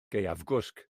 gaeafgwsg